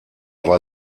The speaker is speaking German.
war